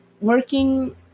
working